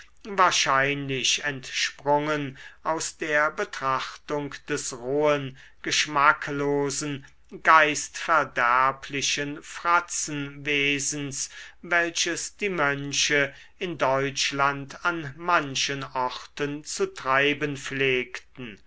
wahrscheinlich entsprungen aus der betrachtung des rohen geschmacklosen geistverderblichen fratzenwesens welches die mönche in deutschland an manchen orten zu treiben pflegten